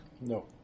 No